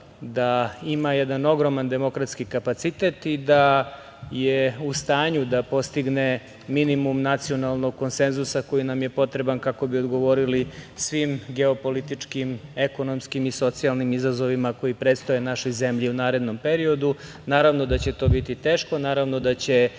da ima jedan ogroman demokratski kapacitet i da je u stanju da postigne minimum nacionalnog konsenzusa koji nam je potreban kako bi odgovorili svim geopolitičkim, ekonomskim i socijalnim izazovima koji predstoje našoj zemlji u narednom periodu. Naravno da će to biti teško, naravno da će